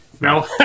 No